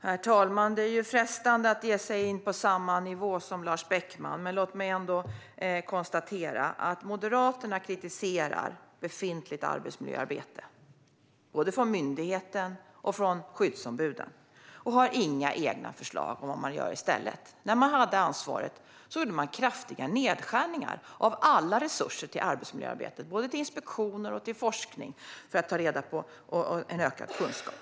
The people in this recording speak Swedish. Herr talman! Det är frestande att lägga sig på samma nivå som Lars Beckman. Låt mig dock konstatera att Moderaterna kritiserar befintligt arbetsmiljöarbete, både från myndigheten och från skyddsombuden, och inte har några egna förslag på vad de vill göra i stället. När de hade ansvaret gjorde de kraftiga nedskärningar av alla resurser till arbetsmiljöarbetet, både till inspektioner och till forskning för att få ökad kunskap.